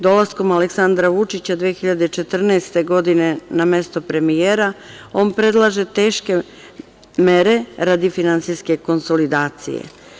Dolaskom Aleksandra Vučića 2014. godine na mesto premijera, on predlaže teške mere radi finansijske konsolidacije.